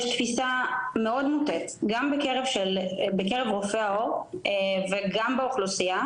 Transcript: יש תפיסה מאוד מוטעית גם בקרב רופאי העור וגם באוכלוסייה